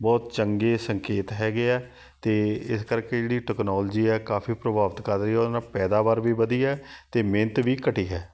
ਬਹੁਤ ਚੰਗੇ ਸੰਕੇਤ ਹੈਗੇ ਆ ਅਤੇ ਇਸ ਕਰਕੇ ਜਿਹੜੀ ਟੈਕਨੋਲਜੀ ਹੈ ਕਾਫੀ ਪ੍ਰਭਾਵਿਤ ਕਰ ਰਹੀ ਹੈ ਉਹਦੇ ਨਾਲ ਪੈਦਾਵਾਰ ਵੀ ਵਧੀ ਹੈ ਅਤੇ ਮਿਹਨਤ ਵੀ ਘਟੀ ਹੈ